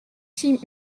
six